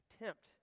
attempt